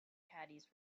caddies